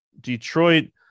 Detroit